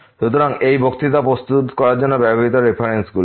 সুতরাং এই বক্তৃতাগুলি প্রস্তুত করার জন্য ব্যবহৃত রেফারেন্সগুলি